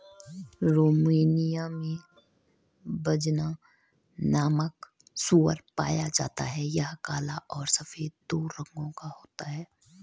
Romania में बजना नामक सूअर पाया जाता है यह काला और सफेद दो रंगो का होता है